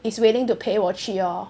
is willing to 陪我去 orh